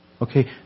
Okay